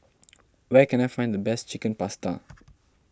where can I find the best Chicken Pasta